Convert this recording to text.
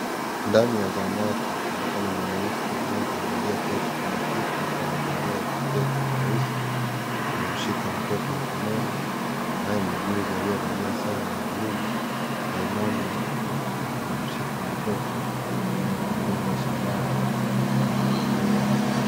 Ndani ya zahanati kunaonekana mwanamme mmoja, aliyeketi kwenye kiti huku amevalia bajeti nyeusi. Ameshika mtoto mkononi, naye muuguzi amevaa sare ya bluu, ainama huku ameshika mtoto kama kumdunga sindano katika mguu wake.